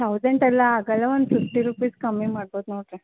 ತೌಸೆಂಡೆಲ್ಲ ಆಗೋಲ್ಲ ಒಂದು fifty rupees ಕಮ್ಮಿ ಮಾಡ್ಬೋದು ನೋಡಿರಿ